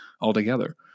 altogether